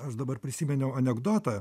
aš dabar prisiminiau anekdotą